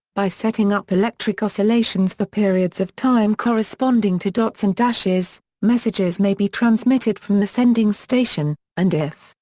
by setting up electric oscillations for periods of time corresponding to dots and dashes, messages may be transmitted from the sending station, and if,